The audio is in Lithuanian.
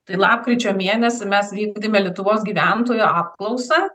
tai lapkričio mėnesį mes vykdėme lietuvos gyventojų apklausą